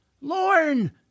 Lorne